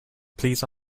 please